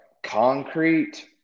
concrete